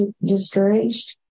discouraged